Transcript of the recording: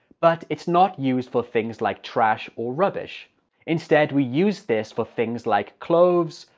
but it's not used for things like trash or rubbish instead we use this for things like clothes,